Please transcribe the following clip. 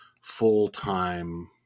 full-time